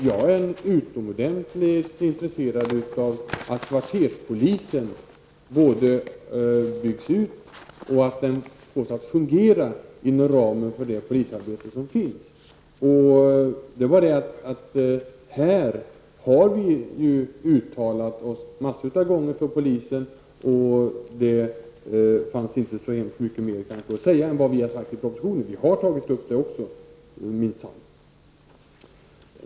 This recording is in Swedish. Jag är utomordentligt intresserad av att kvarterspolisen både byggs ut och fås att fungera inom ramen för det polisarbete som finns. Det är bara det att här har vi uttalat oss massor av gånger, och det finns inte så mycket mer att säga än vad vi har sagt i propositionen. Vi har tagit upp det också, minsann.